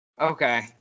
Okay